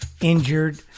injured